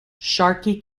sharkey